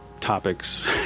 topics